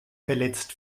verletzt